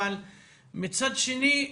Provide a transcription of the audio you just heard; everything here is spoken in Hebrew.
אבל מצד שני,